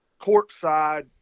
courtside